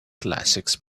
classics